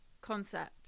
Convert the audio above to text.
concept